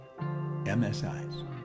MSIs